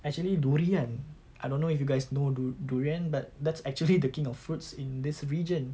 actually durian I don't know if you guys know du~ durian but that's actually the king of fruits in this region